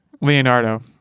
Leonardo